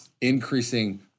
increasing